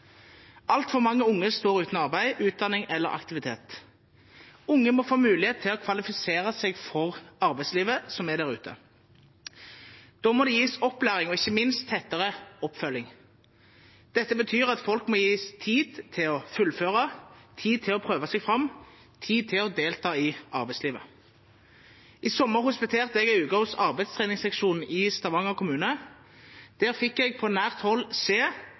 Altfor mange unge står uten arbeid, utdanning eller aktivitet. Unge må få mulighet til å kvalifisere seg for arbeidslivet som er der ute. Da må det gis opplæring og ikke minst tettere oppfølging. Dette betyr at folk må gis tid til å fullføre, tid til å prøve seg fram og tid til å delta i arbeidslivet. I sommer hospiterte jeg en uke hos arbeidstreningsseksjonen i Stavanger kommune. Der fikk jeg på nært hold